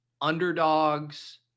underdogs